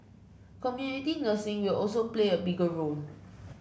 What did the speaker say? community nursing will also play a bigger role